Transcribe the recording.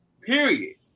period